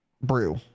brew